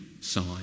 sign